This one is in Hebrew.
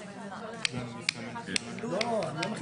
יש כאן הבהרה זה בדומה למה שהיה